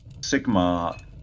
Sigma